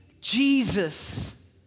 Jesus